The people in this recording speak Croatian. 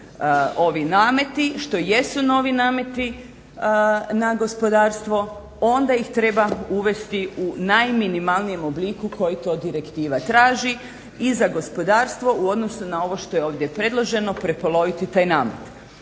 ovi nameti što jesu novi nameti na gospodarstvo, onda ih treba uvesti u najminimalnijem obliku koji to direktiva traži i za gospodarstvo u odnosu na ovo što je ovdje predloženo prepoloviti taj namet.